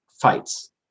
fights